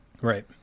Right